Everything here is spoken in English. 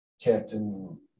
Captain